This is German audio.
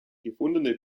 gefundene